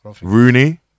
Rooney